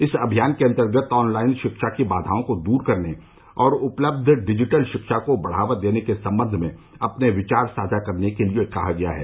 इस अभियान के अंतर्गत ऑनलाइन शिक्षा की बाधाओं को दूर करने और उपलब्ध डिजिटल शिक्षा को बढ़ावा देने के संबंध में अपने विचार साझा करने के लिए कहा गया है